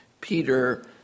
Peter